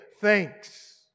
thanks